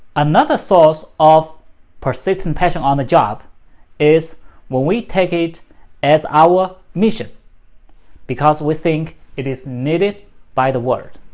another source of persistent passion on a job is when we take it as our mission because we think it is needed by the world.